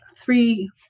three